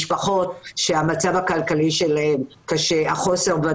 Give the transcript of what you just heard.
משפחות שהמצב הכלכלי שלהן קשה.